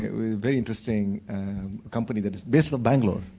a very interesting company that is based on bangalore.